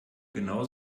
genau